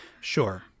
sure